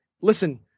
listen